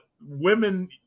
women